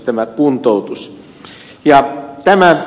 tämä kuntoutus ja tänä ja